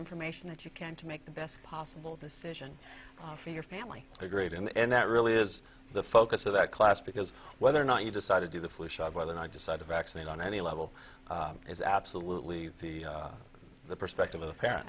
information that you can to make the best possible decision for your family the great and that really is the focus of that class because whether or not you decide to do the flu shot whether i decided vaccinate on any level is absolutely the from the perspective of a parent